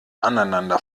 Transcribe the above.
aneinander